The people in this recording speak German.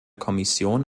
kommission